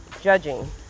judging